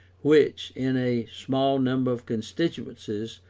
which, in a small number of constituencies,